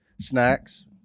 snacks